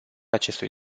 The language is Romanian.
acestui